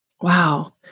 Wow